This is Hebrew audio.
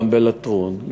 גם בלטרון,